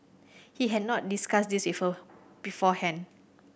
he had not discussed this with her beforehand